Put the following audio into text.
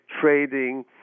trading